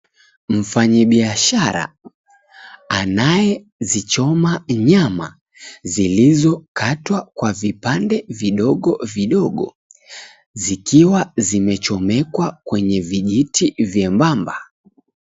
Mfanyi biashara, anayezichoma nyama zilizokatwa kwa vibande vidogovidogo, zikiwa zimechomekwa kwenye vijiti vyembamba.